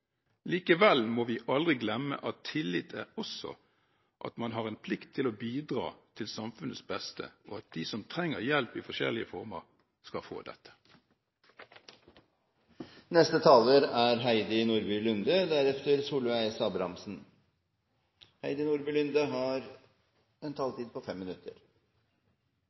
Likevel må vi aldri glemme at tillit også er at man har en plikt til å bidra til samfunnets beste, og at de som trenger hjelp i forskjellige former, skal få dette. Det blir sagt at det er to måter å ødelegge en by på.